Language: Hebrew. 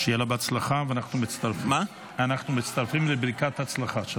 שיהיה לה בהצלחה, ואנחנו מצטרפים לברכת ההצלחה.